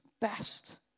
best